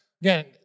again